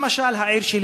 למשל העיר שלי,